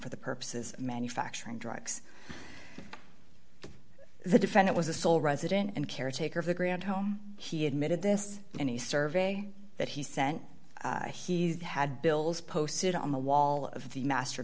for the purposes of manufacturing drugs the defendant was the sole resident and caretaker of the grand home he admitted this any survey that he sent he's had bills posted on the wall of the master